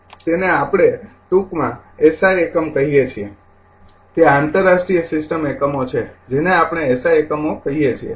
તેને આપણે ટૂંકમાં એસઆઈ એકમ કહીયે છીએ તે આંતરરાષ્ટ્રીય સિસ્ટમ એકમો છે જેને આપણે એસઆઈ એકમો કહીએ છીએ